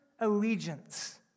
Allegiance